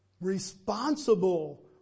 responsible